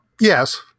yes